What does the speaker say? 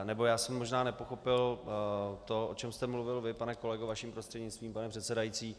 Nebo já jsem možná nepochopil to, o čem jste mluvil vy, pane kolego, vaším prostřednictvím, pane předsedající.